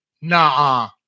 nah